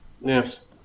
Yes